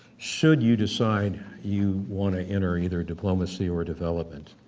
should you decide you want to enter either diplomacy or development.